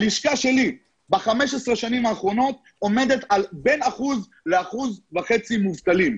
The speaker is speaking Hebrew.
הלישכה שלי ב-15 השנים האחרונות עומדת בין 1% ל-1.5% מובטלים.